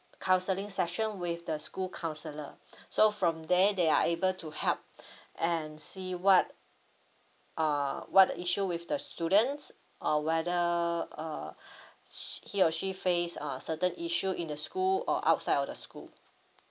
counseling session with the school counsellor so from there they are able to help and see what uh what the issue with the students or whether uh he or she face uh certain issue in the school or outside of the school